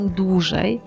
dłużej